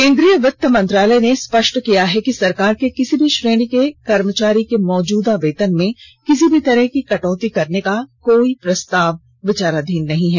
केन्द्रीय वित्त मंत्रालय ने स्पष्ट किया है कि सरकार के किसी भी श्रेणी के कर्मचारी के मौजुदा येतन में किसी भी तरह की कटौती करने का सरकार का कोई प्रस्ताव विचाराधीन नहीं है